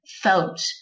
felt